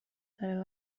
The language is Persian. داره